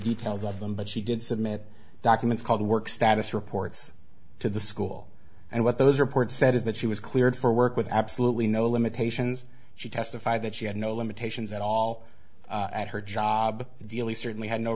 details of them but she did submit documents called work status reports to the school and what those report said is that she was cleared for work with absolutely no limitations she testified that she had no limitations at all at her job deeley certainly had no